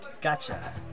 gotcha